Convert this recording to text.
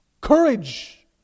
courage